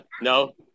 no